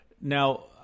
now